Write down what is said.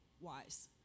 wise